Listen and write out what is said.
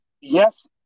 yes